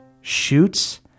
shoots